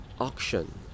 auction